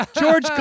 George